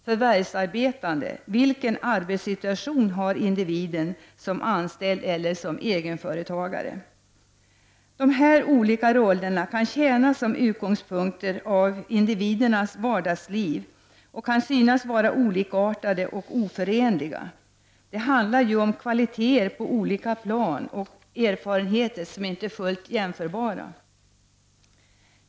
Förvärvsarbetande: vilken arbetssituation har individen, anställd eller egenföretagare? Dessa olika roller kan tjäna som utgångspunkter när det gäller individernas vardagsliv, och de kan synas vara olikartade och oförenliga. Det handlar ju om kvaliteter på olika plan och erfarenheter som inte är fullt jämförbara.